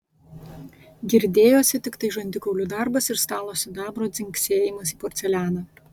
girdėjosi tiktai žandikaulių darbas ir stalo sidabro dzingsėjimas į porcelianą